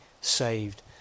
saved